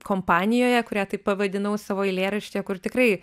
kompanijoje kurią taip pavadinau savo eilėraštyje kur tikrai